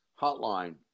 hotline